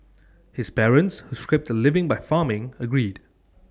his parents who scraped A living by farming agreed